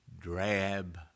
drab